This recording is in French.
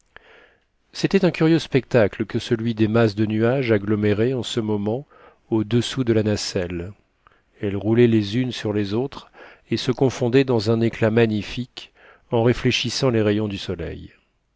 c'était un curieux spectacle que celui des masses de nuages agglomérées en ce moment au-dessous de la nacelle elles roulaient les unes sur les autres et se confondaient dans un éclat magnifique en réfléchissant les rayons du soleil